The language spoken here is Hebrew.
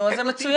נו, אז זה מצוין.